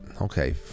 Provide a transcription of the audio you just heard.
Okay